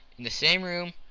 in the same room,